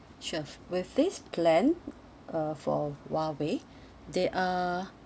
sure with this plan uh for Huawei they are